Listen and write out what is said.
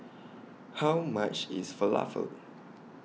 How much IS Falafel